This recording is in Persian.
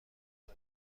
مدل